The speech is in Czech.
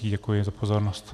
Děkuji za pozornost.